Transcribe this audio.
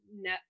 no